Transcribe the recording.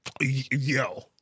Yo